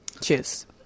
Cheers